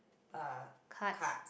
uh card